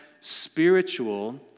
spiritual